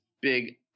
big